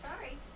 sorry